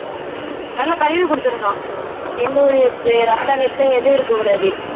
நல்லா கழுவி கொடுத்தடுணும் எந்த ஒரு ரத்தம் கித்தம் எதுவும் இருக்க கூடாது